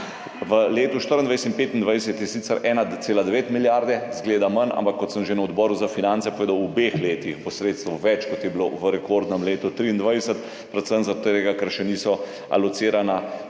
V letu 2024 in 2025 je sicer 1,9 milijarde, izgleda manj, ampak kot sem že na Odboru za finance povedal, v obeh letih bo sredstev več, kot jih je bilo v rekordnem letu 2023, predvsem zaradi tega, ker še niso alocirana